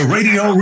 Radio